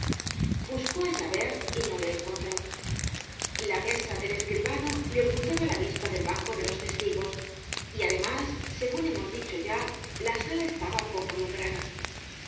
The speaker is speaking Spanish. buscó á javert y no le encontró la mesa del escribano le ocultaba la vista del banco de los testigos y además segun hemos dicho ya la sala estaba poco alumbrada en